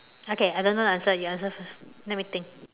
okay I don't know the answer you answer first let me think